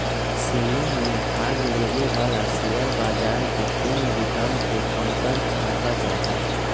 selling में भाग लेवे वाला शेयर बाजार के पूर्ण रिटर्न के कमतर आंका जा हई